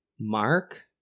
Mark